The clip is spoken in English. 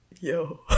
Yo